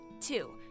Two